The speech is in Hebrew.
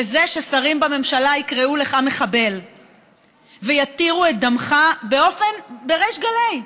וזה ששרים בממשלה יקראו לך מחבל ויתירו את דמך בריש גלי,